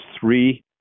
three